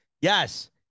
Yes